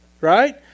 right